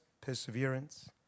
perseverance